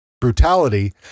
brutality